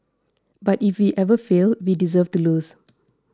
but if we ever fail we deserve to lose